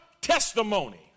testimony